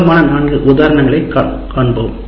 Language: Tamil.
பிரபலமான நான்கு உதாரணங்களைக் பார்ப்போம்